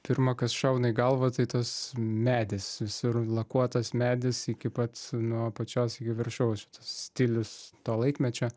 pirma kas šauna į galvą tai tas medis visur lakuotas medis iki pat nuo apačios iki viršaus šitas stilius to laikmečio